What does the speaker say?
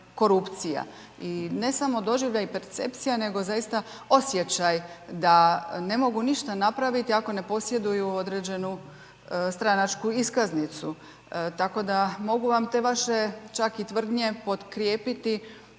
korupcija i ne samo doživljaj percepcija, nego zaista osjećaj da ne mogu ništa napraviti ako ne posjeduju određenu stranačku iskaznicu. Tako da mogu vam te vaše čak i tvrdnje potkrijepiti,